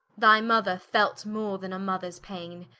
thy mother felt more then a mothers paine,